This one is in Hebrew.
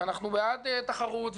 אנחנו בעד תחרות,